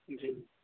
जी